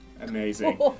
Amazing